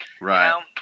right